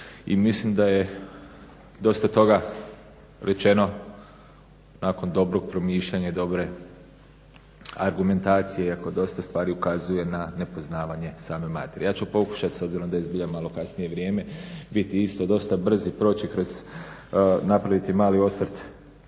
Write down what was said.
mislim da je dosta toga rečeno nakon dobrog promišljanja, dobre argumentacije iako dosta stvari ukazuje na nepoznavanje same materije. Ja ću pokušati s obzirom da je zbilja malo kasnije vrijeme biti isto dosta brz i proći i napraviti mali osvrt